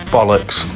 Bollocks